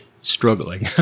struggling